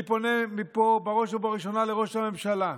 אני פנה מפה בראש ובראשונה לראש הממשלה,